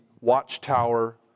watchtower